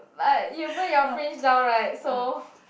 but you put your fringe down [right] so